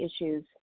issues